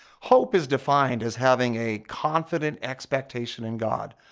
hope is defined as having a confident expectation in god,